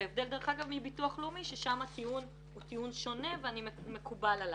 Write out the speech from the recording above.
בהבדל מביטוח לאומי שם הטיעון הוא טיעון שונה ומקובל עלי.